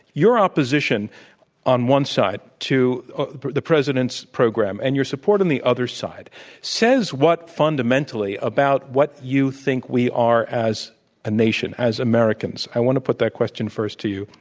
your opposition on one side to the president's program and you're supporting the other side says what fundamentally about what you think we are as a nation, as americans. i want to put that question first to you,